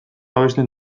abesten